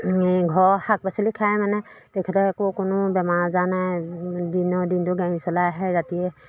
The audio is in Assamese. ঘৰৰ শাক পাচলি খাই মানে তেখেতৰ একো কোনো বেমাৰ আজাৰ নাই দিনৰ দিনটো গাড়ী চলাই আহে ৰাতিয়ে